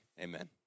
Amen